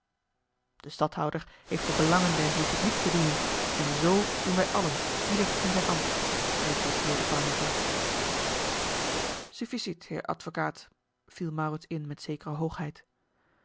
de stadhouder heeft de belangen der republiek te dienen en z doen wij allen ieder in zijn ambt repliceerde barneveld sufficit heer advocaat viel maurits in met zekere hoogheid